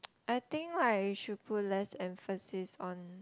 I think like you should put less emphasis on